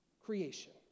creation